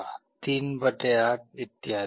38 इत्यादि